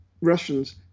Russians